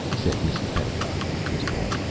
said mrs. pedagog at this point,